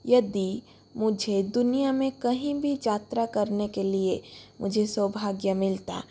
यदि मुझे दुनिया में कहीं भी यात्रा करने के लिए मुझे सौभाग्य मिलता